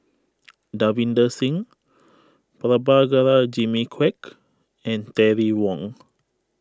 Davinder Singh Prabhakara Jimmy Quek and Terry Wong